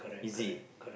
easy